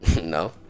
No